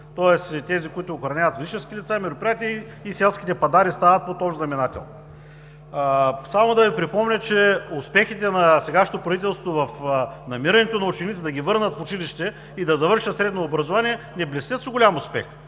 Тоест тези, които охраняват физически лица, мероприятия, и селските пъдари стават под общ знаменател. Само да Ви припомня, че успехите на сегашното правителство в намирането на ученици, за да ги върнат в училище и да завършат средно образования, не блестят с голям успех.